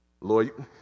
Lord